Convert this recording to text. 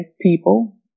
people